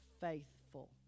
faithful